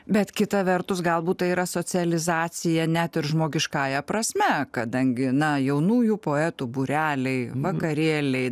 bet kita vertus galbūt tai yra socializacija net ir žmogiškąja prasme kadangi na jaunųjų poetų būreliai vakarėliai